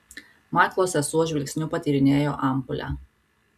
maiklo sesuo žvilgsniu patyrinėjo ampulę